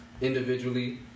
individually